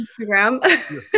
Instagram